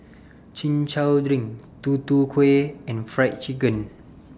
Chin Chow Drink Tutu Kueh and Fried Chicken